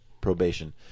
Probation